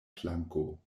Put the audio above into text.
planko